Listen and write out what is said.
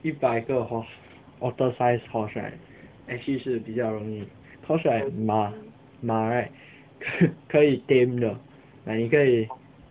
一百个 horse otter size horse right actually 是比较容易 cause right 马马 right 可以 tame 的 like 你可以